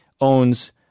owns